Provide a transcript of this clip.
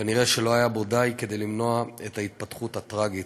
כנראה לא היה בו כדי למנוע את ההתפתחות הטרגית.